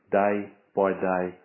day-by-day